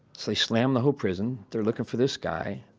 so he slam the whole prison. they're looking for this guy.